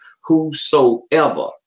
Whosoever